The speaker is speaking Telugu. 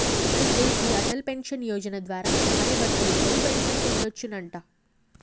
అయితే గీ అటల్ పెన్షన్ యోజన ద్వారా భార్యాభర్తలిద్దరూ పెన్షన్ పొందొచ్చునంట